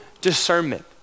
discernment